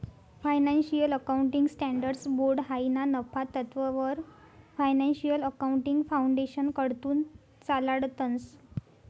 financial accounting standards board हायी ना नफा तत्ववर फायनान्शियल अकाउंटिंग फाउंडेशनकडथून चालाडतंस